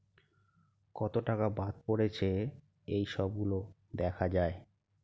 কত টাকা বাদ পড়েছে এই সব গুলো দেখা যায়